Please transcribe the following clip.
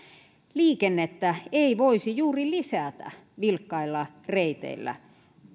liikennettä ei voisi juuri lisätä vilkkailla reiteillä